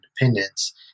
independence